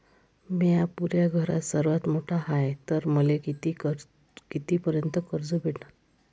म्या पुऱ्या घरात सर्वांत मोठा हाय तर मले किती पर्यंत कर्ज भेटन?